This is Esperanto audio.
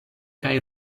kaj